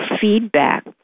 feedback